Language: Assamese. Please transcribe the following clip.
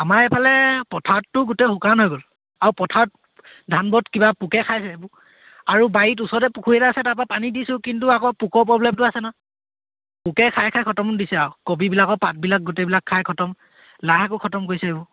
আমাৰ এইফালে পথাৰততো গোটেই শুকান হৈ গ'ল আৰু পথাৰত ধানবোৰত কিবা পোকে খাইছে এইবোৰ আৰু বাৰীত ওচৰতে পুখুৰী এটা আছে তাৰপৰা পানী দিছোঁ কিন্তু আকৌ পোকৰ প্ৰব্লেমটো আছে নহয় পোকে খাই খাই খটম দিছে আৰু কবিবিলাকৰ পাতবিলাক গোটেইবিলাক খাই খটম লাইশাকো খটম কৰিছে এইবোৰ